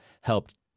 helped